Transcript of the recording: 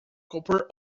copper